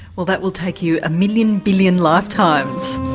well that will take you a million billion lifetimes.